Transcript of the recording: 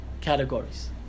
Categories